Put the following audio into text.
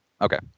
Okay